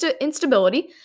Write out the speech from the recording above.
instability